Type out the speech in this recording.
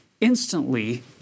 instantly